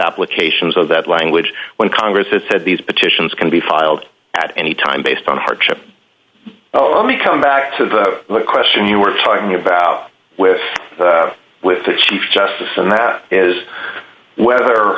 applications of that language when congress has said these petitions can be filed at any time based on hardship let me come back to the question you were talking about with with the chief justice and that is whether